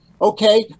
Okay